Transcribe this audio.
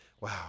wow